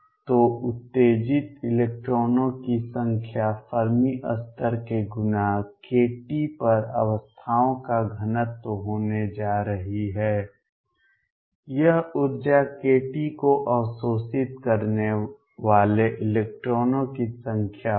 तो उत्तेजित इलेक्ट्रॉनों की संख्या फर्मी स्तर के गुना kT पर अवस्थाओं का घनत्व होने जा रही है यह ऊर्जा kT को अवशोषित करने वाले इलेक्ट्रॉनों की संख्या होगी